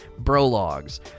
brologs